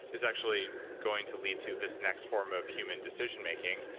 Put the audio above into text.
is actually going to lead to this next form of human decision making.